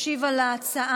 ישיב על ההצעה